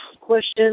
question